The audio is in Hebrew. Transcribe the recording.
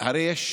הרי יש